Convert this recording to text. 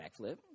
backflip